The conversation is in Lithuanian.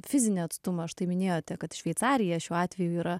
fizinį atstumą štai minėjote kad šveicarija šiuo atveju yra